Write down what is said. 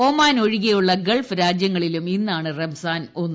Oman ഒഴികെയുള്ള Gulf രാജ്യങ്ങളിലും ഇന്നാണ് റംസാൻ ഒന്ന്